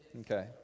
okay